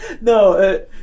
No